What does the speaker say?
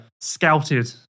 Scouted